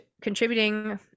contributing